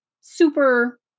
super